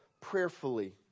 prayerfully